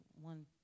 one